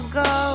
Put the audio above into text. go